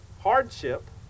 hardship